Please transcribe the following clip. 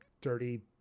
dirty